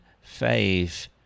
faith